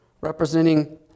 representing